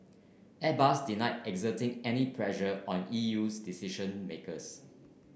Airbus denied exerting any pressure on E U decision makers